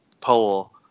poll